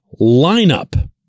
lineup